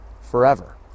forever